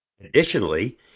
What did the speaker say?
Additionally